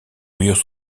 murs